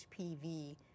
HPV